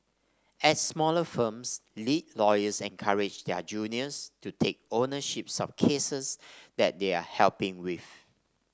at smaller firms lead lawyers encourage their juniors to take ownership of cases that they are helping with